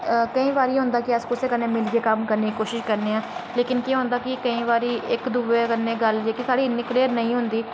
केईं बारी होंदा कि अस कुसे कन्नै मिलियै कम्म करने दी कोशिश करने आं केईं बारी केह् होंदा कि इक दुए कन्नै इन्नी गल्ल साढ़ी क्लीयर नेईं होंदी